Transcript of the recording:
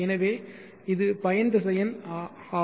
எனவே இது பயன் திசையன் R